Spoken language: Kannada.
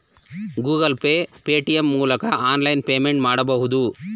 ಗೂಗಲ್ ಪೇ, ಪೇಟಿಎಂ ಮೂಲಕ ಆನ್ಲೈನ್ ಪೇಮೆಂಟ್ ಮಾಡಬಹುದು